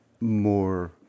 more